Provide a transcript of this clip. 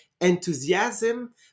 enthusiasm